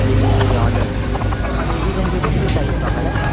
ए हजुर अनि डिजाइन चाहिँ कस्तो चाहियो तपाईँलाई